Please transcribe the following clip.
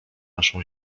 naszą